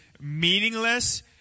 meaningless